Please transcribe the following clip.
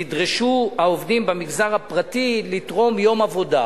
נדרשו העובדים במגזר הפרטי לתרום יום עבודה